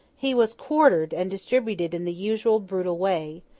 he was quartered and distributed in the usual brutal way,